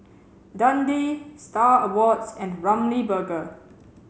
Dundee Star Awards and Ramly Burger